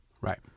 Right